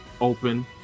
Open